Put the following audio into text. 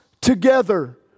together